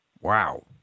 Wow